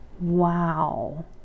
Wow